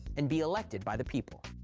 and be elected by the people.